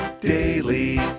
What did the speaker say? daily